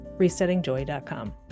resettingjoy.com